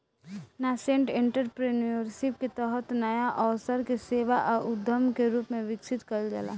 nascent entrepreneurship के तहत नाया अवसर के सेवा आ उद्यम के रूप में विकसित कईल जाला